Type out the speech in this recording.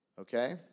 okay